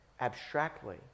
abstractly